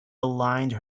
aligned